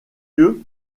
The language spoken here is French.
lieu